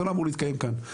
זה לא אמור להתקיים כאן.